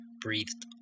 breathed